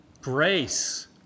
grace